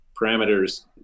parameters